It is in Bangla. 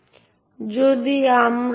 সেটুইডের অনুরূপ আমাদেরও একটি সেটগিড আছে